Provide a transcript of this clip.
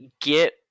get